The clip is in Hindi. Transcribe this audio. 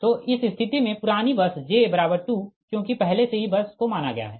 तो इस स्थिति में पुरानी बस j2 क्योंकि पहले से ही बस को माना गया है